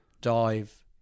dive